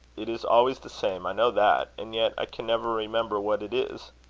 it is always the same. i know that. and yet i can never remember what it is.